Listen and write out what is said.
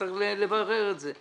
נצטרך לברר את זה.